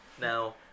Now